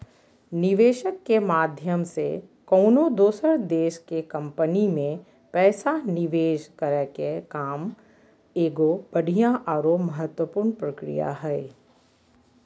निवेशक के माध्यम से कउनो दोसर देश के कम्पनी मे पैसा निवेश करे के काम एगो बढ़िया आरो महत्वपूर्ण प्रक्रिया हय